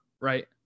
right